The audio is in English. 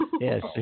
Yes